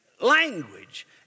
language